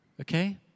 Okay